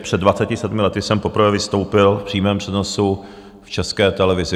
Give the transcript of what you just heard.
Před 27 lety jsem poprvé vystoupil v přímém přenosu v České televizi.